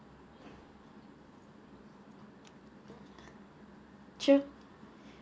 true